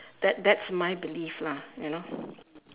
that that's my belief lah you know